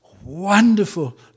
Wonderful